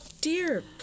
dear